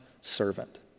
servant